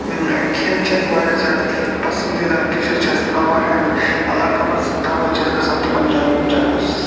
کھیٚن چھِ اَسہِ واریاہ زیادٕ پَسَنٛدیٖدہ ڈِشِز چھِ اَسہِ میلان واریاہَن علاقَن منٛز تَوَے چھِ أسۍ گژھان تِمَن جایَن چَکرَس